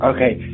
Okay